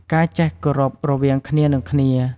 ការចេះគោរពរវាងគ្នានិងគ្នា។